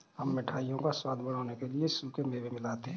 हम मिठाइयों का स्वाद बढ़ाने के लिए सूखे मेवे मिलाते हैं